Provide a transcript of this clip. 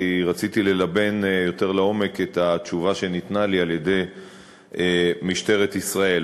כי רציתי ללבן יותר לעומק את התשובה שניתנה לי על-ידי משטרת ישראל.